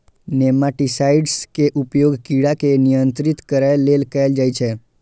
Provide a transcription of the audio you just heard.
nematicides के उपयोग कीड़ा के नियंत्रित करै लेल कैल जाइ छै